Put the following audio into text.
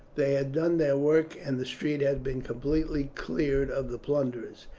they had done their work, and the street had been completely cleared of the plunderers.